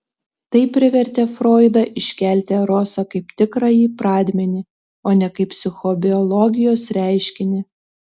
tai privertė froidą iškelti erosą kaip tikrąjį pradmenį o ne kaip psichobiologijos reiškinį